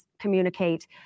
communicate